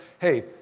hey